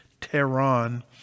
Tehran